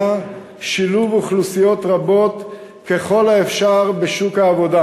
שילוב אוכלוסיות רבות ככל האפשר בשוק העבודה.